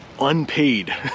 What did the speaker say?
unpaid